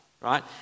right